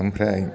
ओमफ्राय